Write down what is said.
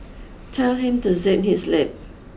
tell him to zip his lip